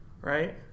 right